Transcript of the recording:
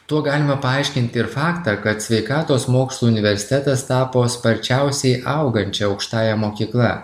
tuo galima paaiškinti ir faktą kad sveikatos mokslų universitetas tapo sparčiausiai augančia aukštąja mokykla